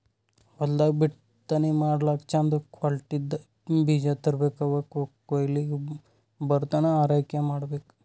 ಹೊಲ್ದಾಗ್ ಬಿತ್ತನೆ ಮಾಡ್ಲಾಕ್ಕ್ ಚಂದ್ ಕ್ವಾಲಿಟಿದ್ದ್ ಬೀಜ ತರ್ಬೆಕ್ ಅವ್ ಕೊಯ್ಲಿಗ್ ಬರತನಾ ಆರೈಕೆ ಮಾಡ್ಬೇಕ್